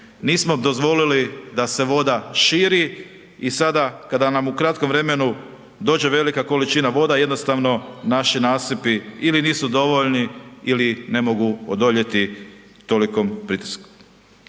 nismo dozvolili da se voda širi i sada kada nam u kratkom vremenu dođe velika količina voda jednostavno naši nasipi ili nisu dovoljni ili ne mogu odoljeti tolikom pritisku.